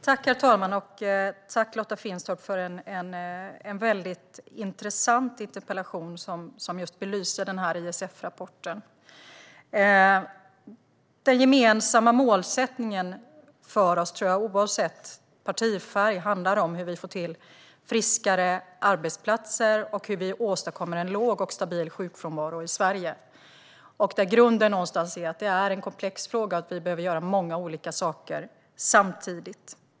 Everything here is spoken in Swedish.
Herr talman! Tack, Lotta Finstorp, för en väldigt intressant interpellation som just belyser den här ISF-rapporten! Den gemensamma målsättningen för oss - oavsett partifärg, tror jag - handlar om hur vi får till friskare arbetsplatser och hur vi åstadkommer en låg och stabil sjukfrånvaro i Sverige, där grunden någonstans är att det är en komplex fråga där vi behöver göra många olika saker samtidigt.